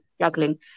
juggling